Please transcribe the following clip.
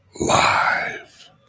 live